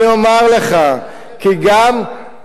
המיסוי על הדלק.